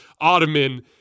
ottoman